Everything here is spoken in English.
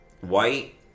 White